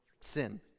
sin